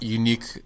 unique